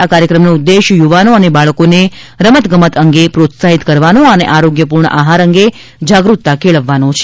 આ કાર્યક્રમનો ઉદ્દેશ યુવાનો અને બાળકોને રમત ગમત અંગે પ્રોત્સાહિત કરવાનો અને આરોગ્યપૂર્ણ આહાર અંગે જાગરૂકતા કેળવવાનો છે